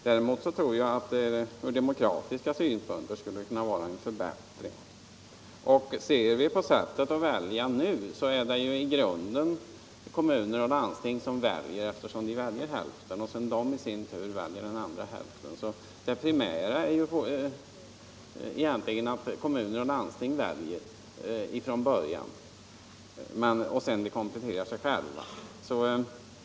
Däremot tror jag att det ur demokratiska synpunkter skulle kunna vara en förbättring. Ser vi på sättet att välja nu, måste vi ju finna att det i grunden är kommuner och landsting som väljer, eftersom de väljer hälften av huvudmännen som isin tur väljer den andra hälften. Kommun och landsting väljer alltså primärt, och sedan kompletterar huvudmännen sig själva.